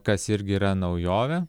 kas irgi yra naujovė